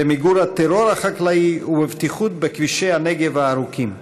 במיגור הטרור החקלאי ובבטיחות בכבישי הנגב הארוכים,